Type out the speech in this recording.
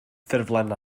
ffurflen